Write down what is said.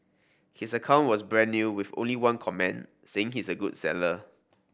his account was brand new with only one comment saying he's a good seller